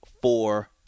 four